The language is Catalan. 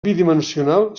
bidimensional